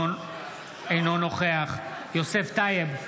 אינו נוכח יוסף טייב,